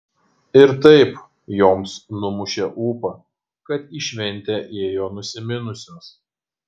ir taip joms numušė ūpą kad į šventę ėjo nusiminusios